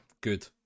good